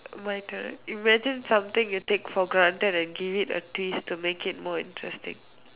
my turn imagine something you take for granted and give it a twist to make it more interesting